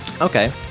okay